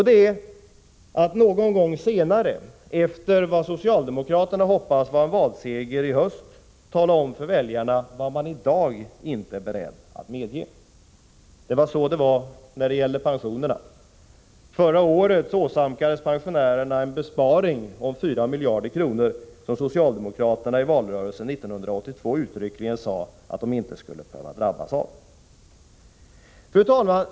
Det är att någon gång senare, efter vad socialdemokraterna hoppas bli en valseger i höst, tala om för väljarna vad man i dag inte är beredd att medge. Så var det när det gällde pensionerna i anslutning till förra valet. Förra året åsamkades pensionärerna en besparing om 4 miljarder kronor som socialdemokraterna i valrörelsen 1982 uttryckligen sade att de inte skulle behöva drabbas av. Fru talman!